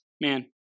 man